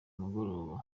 mugoroba